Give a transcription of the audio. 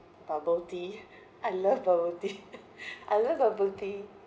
bubble tea I love bubble tea I love bubble tea